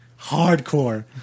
hardcore